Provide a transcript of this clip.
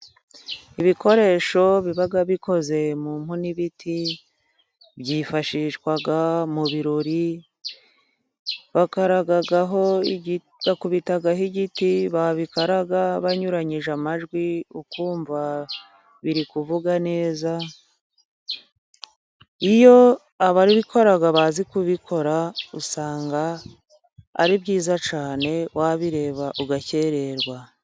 Ibikoresho biba bikoze mu mpu n'ibiti byifashishwa mu birori, bakaragaho, bakubitaho igiti babikaraga banyuranyije amajwi ukumva biri kuvuga neza, iyo ababikora bazi kubikora usanga ari byiza cyane wabireba ugakererwa.